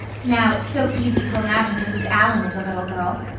now, it's so easy to imagine mrs. allan as a little girl.